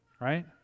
right